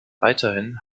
weiterhin